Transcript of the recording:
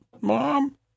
Mom